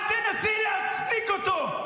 אל תנסי להצדיק אותו.